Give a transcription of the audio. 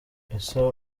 ese